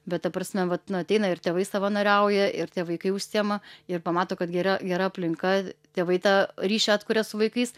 bet ta prasme vat nu ateina ir tėvai savanoriauja ir tie vaikai užsiima ir pamato kad gera gera aplinka tėvai tą ryšį atkuria su vaikais